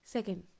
Second